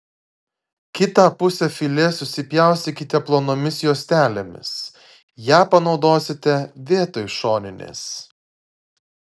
kitą pusę filė susipjaustykite plonomis juostelėmis ją panaudosite vietoj šoninės